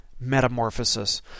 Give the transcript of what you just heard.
metamorphosis